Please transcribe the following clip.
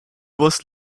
was